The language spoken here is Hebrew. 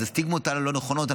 אז הסטיגמות הללו לא נכונות.